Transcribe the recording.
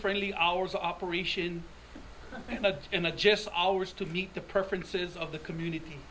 friendly hours of operation and adjust hours to meet the preferences of the community